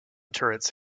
turrets